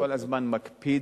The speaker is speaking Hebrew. אני כל הזמן מקפיד,